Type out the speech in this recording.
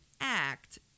Act